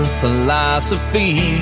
philosophy